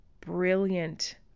brilliant